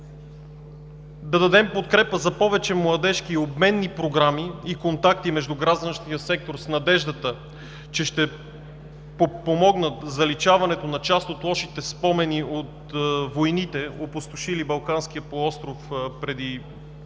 да дадем подкрепа за повече младежки обменни програми и контакти между гражданския сектор с надеждата, че ще помогнат за заличаването на част от лошите спомени от войните, опустошили Балканския полуостров преди